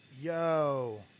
Yo